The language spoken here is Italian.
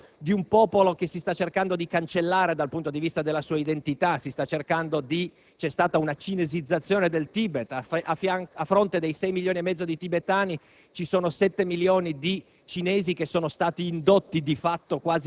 forse, perché neanche si può sapere la cifra. Parliamo di un popolo che si sta cercando di cancellare dal punto di vista della sua identità: c'è stata una cinesizzazione del Tibet, a fronte di 6 milioni e mezzo di tibetani